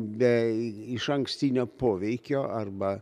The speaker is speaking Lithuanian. bei išankstinio poveikio arba